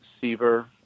Seaver